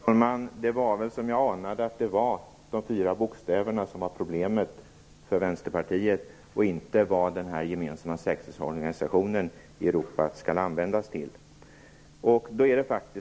Fru talman! Det var som jag anade; det var de fyra bokstäverna som var problemet för Vänsterpartiet och inte vad den gemensamma säkerhetsorganisationen i Europa skall användas till.